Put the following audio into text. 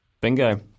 Bingo